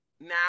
now